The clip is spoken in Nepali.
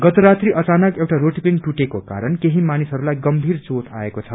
गत रात्रि अचानक एउटा रोटिपिङ टुटेको कारण केही मानिसहरूलाई गम्भीर चोट आएको छ